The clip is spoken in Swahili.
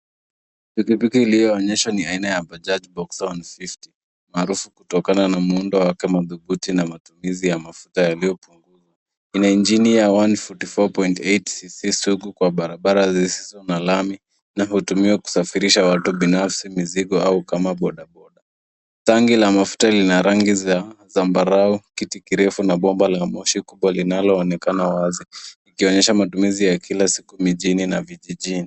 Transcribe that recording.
Pikipiki iliyoonyeshwa ni aina ya Bajaaj Boxer 150, maarufu kutokana na muundo wake madhubuti na matumizi ya mafuta yaliyopunguzwa. Ina injini ya 144.8CC, sugu kwa barabara zisizo na lami na hutumiwa kusafirisha watu binafsi, mizigo au kama bodaboda. Tangi la mafuta lina rangi za zambarau, kiti kirefu na bomba la moshi kubwa linaloonekana wazi, ikionyesha matumizi ya kila siku, mijini na vijijini.